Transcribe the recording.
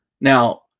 Now